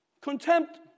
Contempt